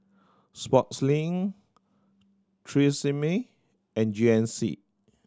Sportslink Tresemme and G N C